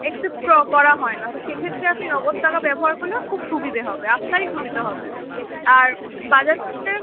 accept করা হয় না তো সেক্ষেত্রে আপনি নগদ টাকা ব্যবহার করলে খুব সুবিধে হবে আপনারই সুবিধে হবে আর বাজার থে